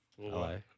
Hello